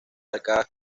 arcadas